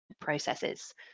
processes